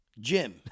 Jim